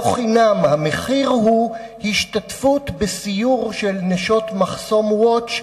לא חינם: המחיר הוא השתתפות בסיור של נשות "מחסום Watch",